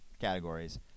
categories